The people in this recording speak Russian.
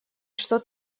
что